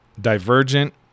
Divergent